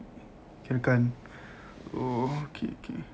kirakan oh K K